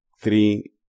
three